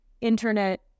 internet